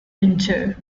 injured